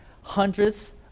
hundreds